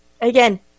Again